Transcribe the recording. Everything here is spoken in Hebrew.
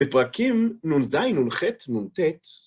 בפרקים נ"ז, נ"ח, נ"ט.